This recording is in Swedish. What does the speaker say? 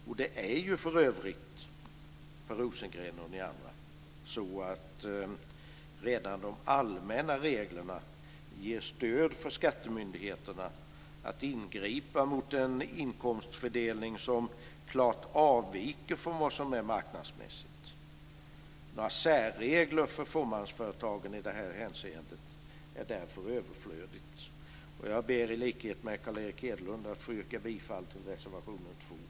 För övrigt är det ju så, Per Rosengren och ni andra, att redan de allmänna reglerna ger stöd för skattemyndigheterna att ingripa mot en inkomstfördelning som klart avviker från vad som är marknadsmässigt. Några särregler för fåmansföretagen i det här hänseendet är därför överflödiga. Jag ber i likhet med Carl Erik Hedlund att få yrka bifall till reservation 2.